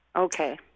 okay